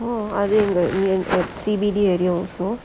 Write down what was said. அது எங்க இங்க:athu enga inga C_B_D area also